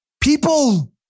People